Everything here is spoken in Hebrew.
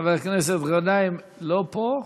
חבר הכנסת גנאים לא פה?